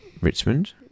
Richmond